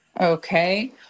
Okay